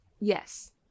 Yes